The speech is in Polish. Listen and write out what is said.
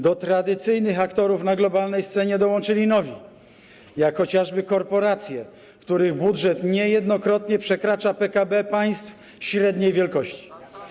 Do tradycyjnych aktorów na globalnej scenie dołączyli nowi, jak chociażby korporacje, których budżet niejednokrotnie przekracza PKB państw średniej wielkości.